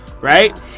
right